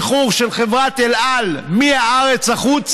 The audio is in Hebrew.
אם יש איחור של חברת אל על מהארץ החוצה